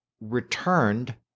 returned